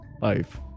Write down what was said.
life